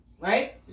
Right